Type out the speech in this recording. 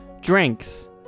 drinks